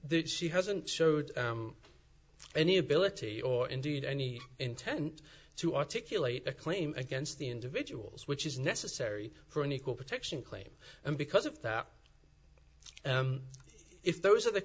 that she hasn't showed any ability or indeed any intent to articulate a claim against the individuals which is necessary for an equal protection claim and because of that if those are the